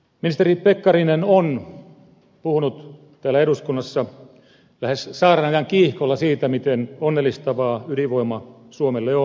ministeri pekkarinen on puhunut täällä eduskunnassa lähes saarnaajan kiihkolla siitä miten onnellistavaa ydinvoima suomelle on